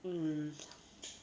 mm